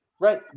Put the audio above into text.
Right